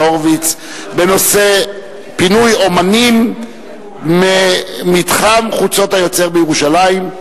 הורוביץ בנושא: פינוי אמנים ממתחם "חוצות היוצר" בירושלים.